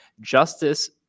Justice